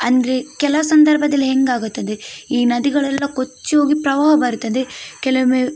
ಅಂದರೆ ಕೆಲವು ಸಂದರ್ಭದಲ್ಲಿ ಹೇಗಾಗುತ್ತದೆ ಈ ನದಿಗಳೆಲ್ಲ ಕೊಚ್ಚಿ ಹೋಗಿ ಪ್ರವಾಹ ಬರುತ್ತದೆ ಕೆಲವೊಮ್ಮೆ